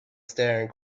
staring